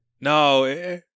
no